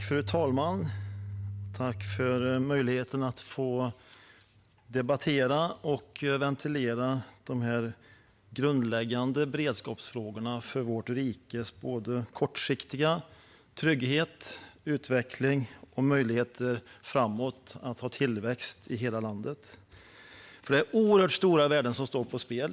Fru talman! Tack för möjligheten att få debattera dessa grundläggande beredskapsfrågor som är så viktiga för vårt rikes både kortsiktiga och långsiktiga trygghet, utveckling och möjlighet till tillväxt i hela landet! Det är oerhört stora värden som står på spel.